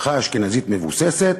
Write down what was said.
משפחה אשכנזית מבוססת,